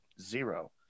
zero